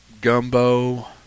gumbo